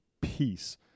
peace